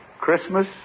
Christmas